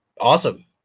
awesome